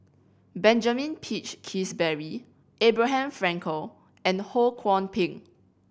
Benjamin Peach Keasberry Abraham Frankel and Ho Kwon Ping